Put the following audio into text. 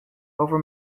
over